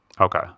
Okay